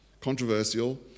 controversial